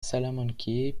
salamanque